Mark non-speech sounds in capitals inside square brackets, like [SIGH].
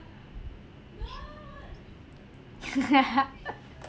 [LAUGHS]